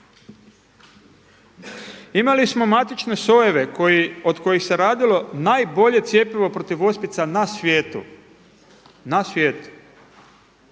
Imali smo matične sojeve od kojih se radilo najbolje cjepivo protiv ospica na svijetu, na svijetu